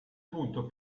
punto